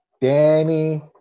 danny